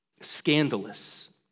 scandalous